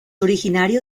originario